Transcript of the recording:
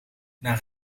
naar